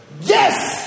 Yes